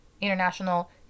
international